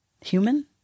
human